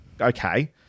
okay